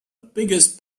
biggest